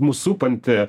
mus supanti